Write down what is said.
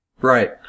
Right